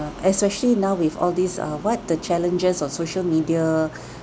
uh especially now with all these uh what the challenges on social media